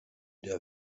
der